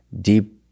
deep